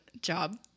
job